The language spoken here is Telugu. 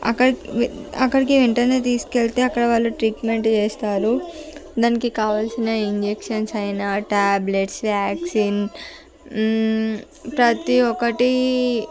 అక్క అక్కడికి వెంటనే తీసుకు వెళ్తే అక్కడ వాళ్ళు ట్రీట్మెంట్ చేస్తారు దానికి కావాల్సిన ఇంజక్షన్ అయిన ట్యాబ్లెట్స్ వ్యాక్సిన్ ప్రతి ఒకటి